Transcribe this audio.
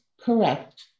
correct